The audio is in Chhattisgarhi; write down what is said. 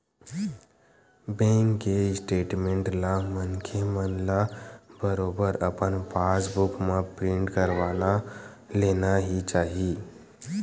बेंक के स्टेटमेंट ला मनखे मन ल बरोबर अपन पास बुक म प्रिंट करवा लेना ही चाही